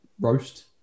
roast